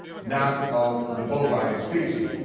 not of the bovine specie.